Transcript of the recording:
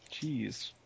jeez